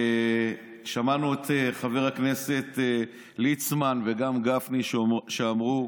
שמענו את חבר הכנסת ליצמן, וגם את גפני, אומרים